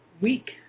Week